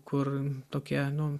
kur tokie nu